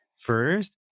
first